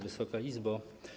Wysoka Izbo!